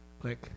Click